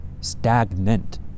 stagnant